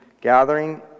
gathering